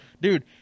dude